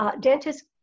dentists